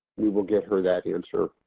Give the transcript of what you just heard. we will get her that answer.